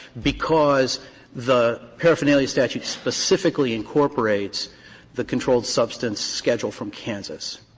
because the paraphernalia statute specifically incorporates the controlled substance schedule from kansas.